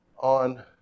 on